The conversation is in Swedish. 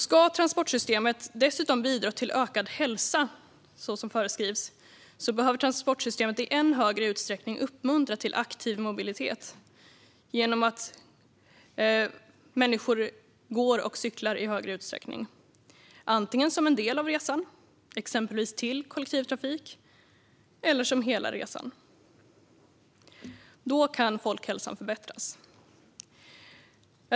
Ska transportsystemet dessutom bidra till ökad hälsa så som föreskrivs behöver transportsystemet i än högre utsträckning uppmuntra till aktiv mobilitet genom att människor går och cyklar i högre utsträckning. Det kan antingen ske som en del av resan, exempelvis till kollektivtrafik, eller under hela resan. Då kan folkhälsan förbättras.